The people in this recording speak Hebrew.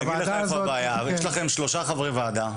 אני אגיד לך איפה הבעיה: יש לכם שלושה חברי ועדה,